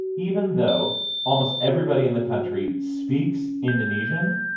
even though almost everybody in the country speaks indonesian,